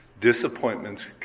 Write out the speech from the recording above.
disappointments